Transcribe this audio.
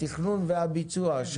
התכנון והביצוע.